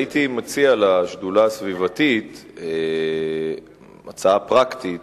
הייתי מציע לשדולה הסביבתית הצעה פרקטית: